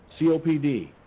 COPD